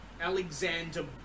Alexander